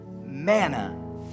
manna